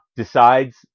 decides